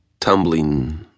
tumbling